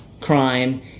crime